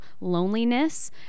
loneliness